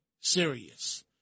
serious